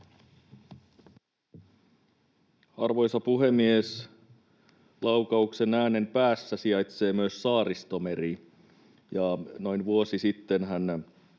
Arvoisa puhemies! Laukauksen äänen päässä sijaitsee myös Saaristomeri, ja noin vuosi sittenhän